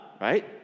right